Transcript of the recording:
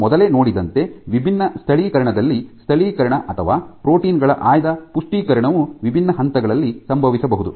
ನಾವು ಮೊದಲೇ ನೋಡಿದಂತೆ ವಿಭಿನ್ನ ಸ್ಥಳೀಕರಣದಲ್ಲಿ ಸ್ಥಳೀಕರಣ ಅಥವಾ ಪ್ರೋಟೀನ್ ಗಳ ಆಯ್ದ ಪುಷ್ಟೀಕರಣವು ವಿಭಿನ್ನ ಹಂತಗಳಲ್ಲಿ ಸಂಭವಿಸಬಹುದು